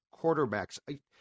quarterbacks